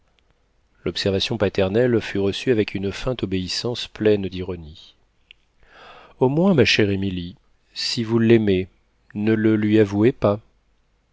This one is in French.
l'observation paternelle fut reçue avec une feinte obéissance pleine d'ironie au moins ma chère émilie si vous l'aimez ne le lui avouez pas